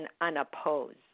unopposed